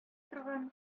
торган